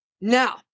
Now